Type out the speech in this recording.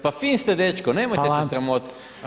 Pa fin ste dečko, nemojte se sramotit.